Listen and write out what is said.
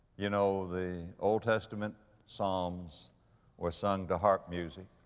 you know, the old testament psalms were sung to harp music.